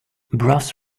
brass